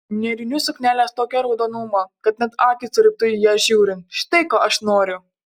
nėrinių suknelės tokio raudonumo kad net akys raibtų į ją žiūrint štai ko aš noriu